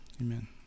amen